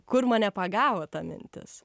kur mane pagavo ta mintis